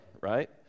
Right